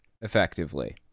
effectively